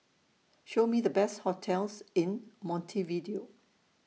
Show Me The Best hotels in Montevideo